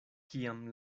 kiam